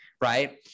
right